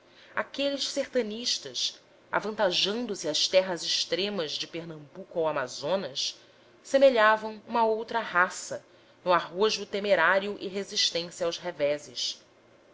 aqueles sertanistas avantajando se às terras extremas de pernambuco ao amazonas semelhavam uma outra raça no arrojo temerário e resistência aos reveses